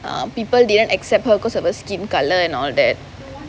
um people didn't accept her because of her skin colour and all that